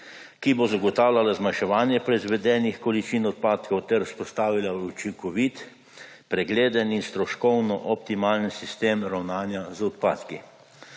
ki bo zagotavljala zmanjševanje proizvedenih količin odpadkov ter vzpostavila učinkovit, pregleden in stroškovno optimalen sistem ravnanja z odpadki.